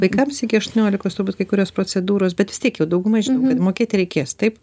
vaikams iki aštuoniolikos turbūt kai kurios procedūros bet vis tiek jau dauguma žino kad mokėt reikės taip